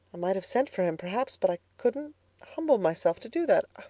might have sent for him perhaps, but i couldn't humble myself to do that.